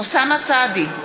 אוסאמה סעדי,